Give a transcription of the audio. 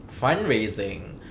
fundraising